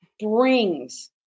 brings